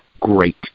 great